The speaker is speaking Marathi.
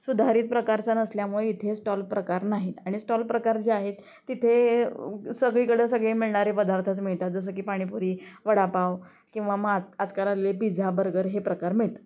सुधारित प्रकारचा नसल्यामुळे इथे स्टॉल प्रकार नाहीत आणि स्टॉल प्रकार जे आहेत तिथे सगळीकडे सगळे मिळणारे पदार्थच मिळतात जसं की पाणीपुरी वडापाव किंवा मात आजकाल आलेले पिझा बर्गर हे प्रकार मिळतात